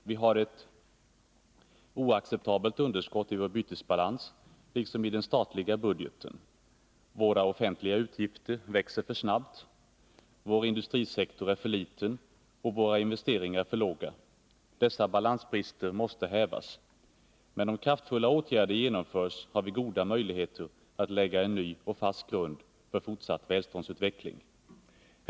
Vi har ett oacceptabelt underskott i vår bytesbalans liksom i den statliga budgeten. Våra offentliga utgifter växer för snabbt. Vår industrisektor är för liten och våra investeringar för låga. Dessa balansbrister måste hävas. Men om kraftfulla åtgärder genomförs har vi goda möjligheter att lägga en ny fast grund för fortsatt välståndsutveckling.